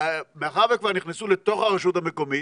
מאחר שכבר נכנסו לתוך הרשות המקומית